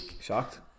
Shocked